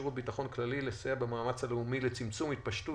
שירות הביטחון הכללי לסייע במאמץ הלאומי לצמצום התפשטות